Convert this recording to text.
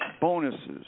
bonuses